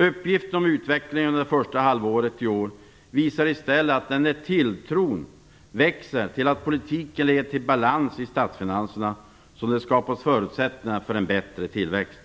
Uppgifterna om utvecklingen under första halvåret i år visar i stället att det är när tilltron växer till att politiken leder till balans i statsfinanserna som det skapas förutsättningar för bättre tillväxt.